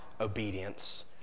obedience